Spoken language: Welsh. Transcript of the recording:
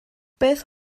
beth